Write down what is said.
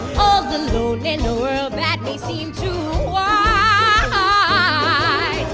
alone in a world that may seem too ah